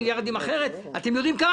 מיליארדים אחרת אתם יודעים כמה